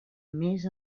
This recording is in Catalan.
més